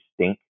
stink